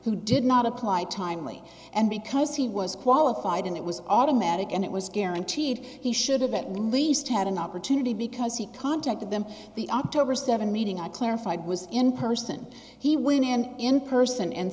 who did not apply timely and because he was qualified and it was automatic and it was guaranteed he should have at least had an opportunity because he contacted them the october seventh meeting i clarified was in person he when and in person and